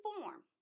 form